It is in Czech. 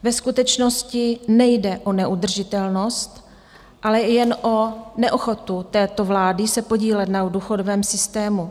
Ve skutečnosti nejde o neudržitelnost, ale jen o neochotu této vlády se podílet na důchodovém systému.